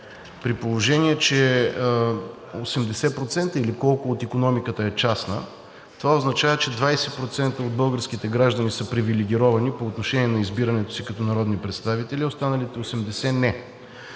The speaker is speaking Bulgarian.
При положение че 80% от икономиката е частна, това означава, че 20% от българските граждани са привилегировани по отношение на избирането си като народни представители, а останалите 80% – не.